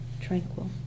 tranquil